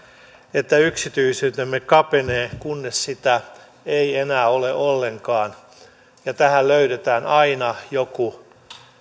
että yksityisyytemme kapenee kunnes sitä ei enää ole ollenkaan ja tähän löydetään aina joku